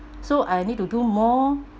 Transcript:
so I need to do more